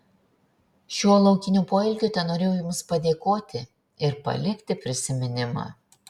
šiuo laukiniu poelgiu tenorėjau jums padėkoti ir palikti prisiminimą